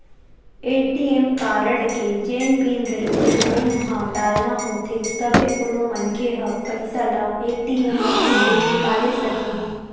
ATM card के जेन PIN रहिथे तेन ल डालना होथे तभे कोनो मनखे ह पइसा ल ए.टी.एम मसीन ले निकाले सकही